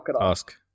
ask